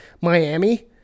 Miami